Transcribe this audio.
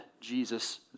Jesus